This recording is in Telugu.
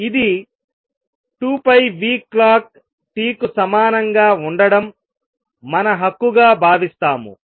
ఇది 2πclockt కు సమానంగా ఉండడం మన హక్కు గా భావిస్తాము